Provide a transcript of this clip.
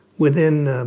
within um,